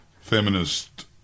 feminist